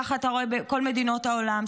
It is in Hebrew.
ככה אתה רואה בכל מדינות העולם.